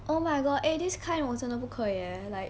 oh my god eh this kind 我真的不可以 eh like